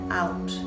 out